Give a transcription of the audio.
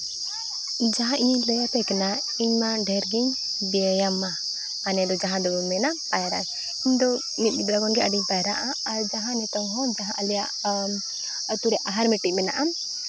ᱡᱟᱦᱟᱸ ᱤᱧᱤᱧ ᱞᱟᱹᱭ ᱟᱯᱮ ᱠᱟᱱᱟ ᱤᱧ ᱢᱟ ᱰᱷᱮᱨ ᱜᱤᱧ ᱵᱮᱭᱟᱢᱟ ᱢᱟᱱᱮ ᱫᱚ ᱡᱟᱦᱟᱸ ᱫᱚᱵᱚᱱ ᱢᱮᱱᱟ ᱯᱟᱭᱨᱟᱜ ᱟᱹᱧ ᱤᱧ ᱫᱚ ᱢᱤᱫ ᱜᱤᱫᱽᱨᱟᱹ ᱠᱷᱚᱱ ᱜᱮ ᱟᱹᱰᱤᱧ ᱯᱟᱭᱨᱟᱜᱼᱟ ᱟᱨ ᱡᱟᱦᱟᱸ ᱱᱤᱛᱚᱝ ᱦᱚᱸ ᱡᱟᱦᱟᱸ ᱟᱞᱮᱭᱟᱜ ᱟᱛᱳ ᱨᱮ ᱟᱦᱟᱨ ᱢᱤᱫᱴᱤᱡ ᱢᱮᱱᱟᱜᱼᱟ